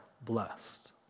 blessed